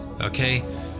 Okay